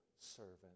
servant